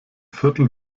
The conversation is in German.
viertel